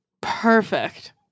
perfect